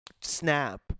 snap